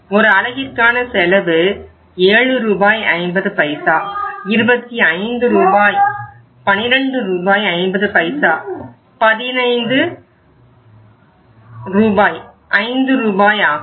ஒரு அலகிற்கான செலவு 7 ரூபாய் 50 பைசா 25 ரூபாய் 12 ரூபாய் 50 பைசா 15 ரூபாய் ஐந்து ரூபாய் ஆகும்